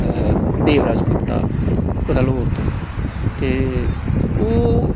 ਦੇਵਰਾਜ ਗੁਪਤਾ ਕਥਲੋਰ ਤੋਂ ਅਤੇ ਉਹ